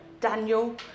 Daniel